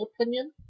opinion